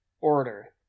Order